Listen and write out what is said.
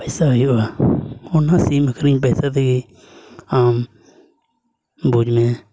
ᱯᱚᱭᱥᱟ ᱦᱩᱭᱩᱜᱼᱟ ᱚᱱᱟ ᱥᱤᱢ ᱟᱹᱠᱷᱟᱨᱤᱧ ᱯᱚᱭᱥᱟ ᱛᱮᱜᱮ ᱟᱢ ᱵᱩᱡᱽ ᱢᱮ